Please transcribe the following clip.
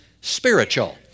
spiritual